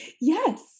Yes